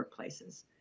workplaces